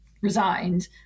resigned